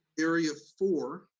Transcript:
area four,